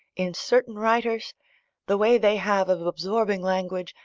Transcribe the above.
in certain writers the way they have of absorbing language,